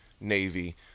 navy